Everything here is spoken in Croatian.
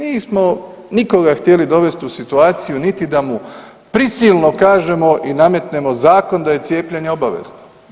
Nismo nikoga htjeli dovesti u situaciju niti da mu prisilno kažemo i nametnemo zakon da je cijepljenje obavezano.